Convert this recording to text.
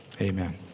Amen